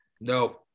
No